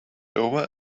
over